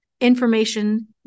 information